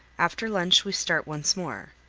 after lunch we start once more.